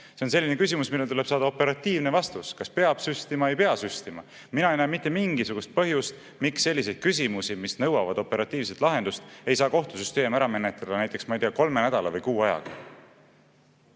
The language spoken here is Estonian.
See on selline küsimus, millele tuleb saada operatiivne vastus, kas peab süstima või ei pea süstima. Mina ei näe mitte mingisugust põhjust, miks selliseid küsimusi, mis nõuavad operatiivset lahendust, ei saa kohtusüsteem ära menetleda näiteks, ma ei tea, kolme nädala või kuu ajaga.